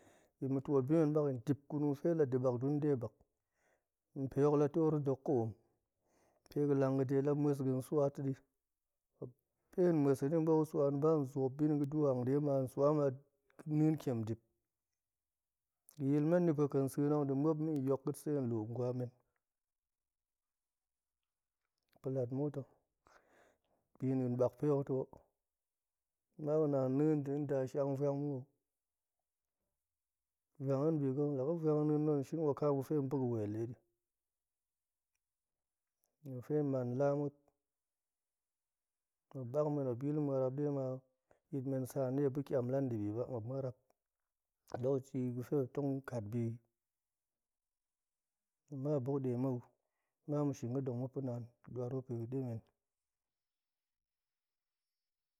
Yin ma̱ tiot bimen bak dip gurum ga̱fe la ɗebak dun debak pe hok la toor na̱ dok koom pe ga̱ langga̱de la mus ni ga̱ swa todi henyi tong boot ga̱ swani ba hen zoopi ga̱du hangga̱de ma hen swa ma ga̱ nien tiem dip, ga̱yil men di pa̱ ƙa̱nseenok ma̱ yok ƙa̱t se lu ngwa men pa̱ lat muk to, bi din bakpe hok tuho naga̱ na nien de nda shang vuang mu? Vuang hen biga̱ laga̱ vuang nien na̱ hen tong shin wakaam ga̱fe tong pa̱wel ga̱yil niefe man la ma̱p, ma̱p bak men ma̱p yil marap dema yit men saan deman ma̱p ba̱ tiam la debi ba ma̱p marap lokaci ga̱fe ma̱p tong kat bi ama ma̱p buk de mou ama ma̱ shin ga̱ dong ma̱pa̱ naan ga̱ duar ma̱p pe ga̱ demen,